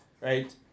right